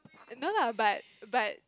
no lah but but